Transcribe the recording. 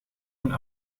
een